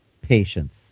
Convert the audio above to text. patience